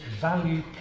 value